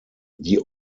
die